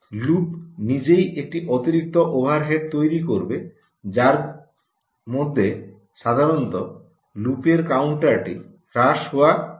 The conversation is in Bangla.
লুপ নিজেই একটি অতিরিক্ত ওভারহেড তৈরি করবে যার মধ্যে সাধারণত লুপের কাউন্টারটি হ্রাস হওয়া জড়িত রয়েছে